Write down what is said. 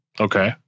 Okay